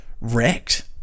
wrecked